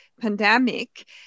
pandemic